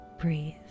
Breathe